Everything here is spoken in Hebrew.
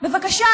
בבקשה,